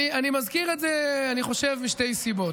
אני מזכיר את זה, אני חושב, משתי סיבות.